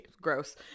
gross